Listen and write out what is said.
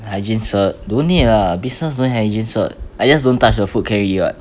hygiene cert don't need lah business no need hygiene cert I just don't touch the food can already [what]